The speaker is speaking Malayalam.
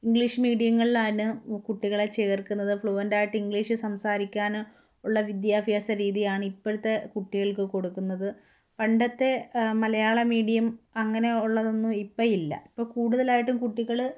ഇംഗ്ലീഷ് മീഡിയങ്ങളിലാണു കുട്ടികളെ ചേർക്കുന്നത് ഫ്ലുവന്റായിട്ട് ഇംഗ്ലീഷ് സംസാരിക്കാനുള്ള വിദ്യാഭ്യാസ രീതിയാണ് ഇപ്പഴത്തെ കുട്ടികൾക്കു കൊടുക്കുന്നത് പണ്ടത്തെ മലയാള മീഡിയം അങ്ങനെ ഉള്ളതൊന്നും ഇപ്പോഴില്ല ഇപ്പോള് കൂടുതലായിട്ടും കുട്ടികള്